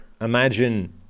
Imagine –